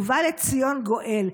ובא לציון גואל?